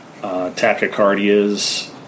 Tachycardias